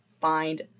find